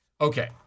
Okay